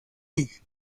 league